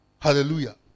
Hallelujah